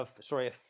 sorry